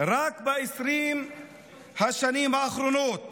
רק ב-20 השנים האחרונות